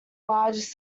largest